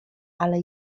ale